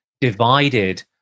divided